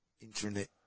internet